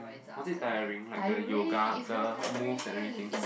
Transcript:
was it tiring like the yoga the movement and everything